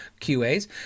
QAs